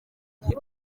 gihe